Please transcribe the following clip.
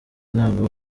ntabwo